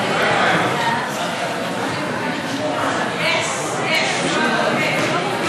חוק מעונות סטודנטים,